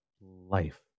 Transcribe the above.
life